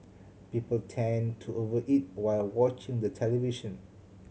people tend to over eat while watching the television